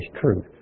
truth